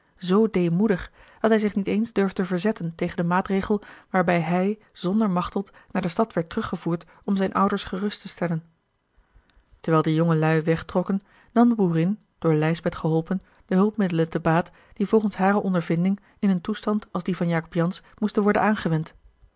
z deemoedig dat hij zich niet eens durfde verzetten tegen den maatregel a l g bosboom-toussaint de delftsche wonderdokter eel waarbij hij zonder machteld naar de stad werd teruggevoerd om zijne ouders gerust te stellen terwijl de jongelui wegtrokken nam de boerin door lijsbeth geholpen de hulpmiddelen te baat die volgens hare ondervinding in een toestand als die van jacob jansz moesten worden aangewend